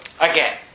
again